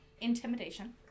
intimidation